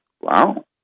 wow